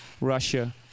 Russia